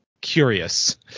curious